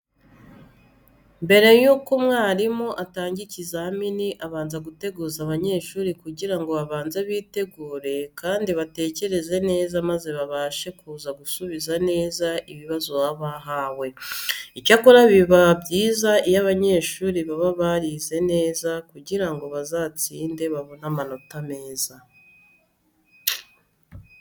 Mbere yuko umwarimu atanga ikizamini abanza guteguza abanyeshuri kugira ngo babanze bitegure kandi batekereze neza maze babashe kuza gusubiza neza ibibazo baba bahawe. Icyakora biba byiza iyo abanyeshuri baba barize neza kugira ngo bazatsinde babone amanota meza.